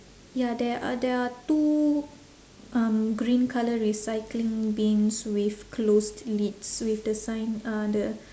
ya there are there are two um green colour recycling bins with closed lids with the sign uh the